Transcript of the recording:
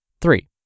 Three